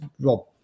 Rob